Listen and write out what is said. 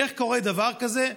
איך קורה דבר כזה?